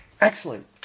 Excellent